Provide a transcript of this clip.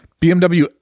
BMW